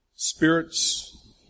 Spirits